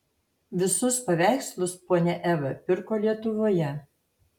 visus paveikslus ponia eva pirko lietuvoje